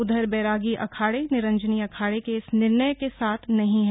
उधर बैरागी अखाड़े निरंजनी अखाड़े के इस निर्णय के साथ नहीं हैं